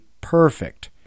perfect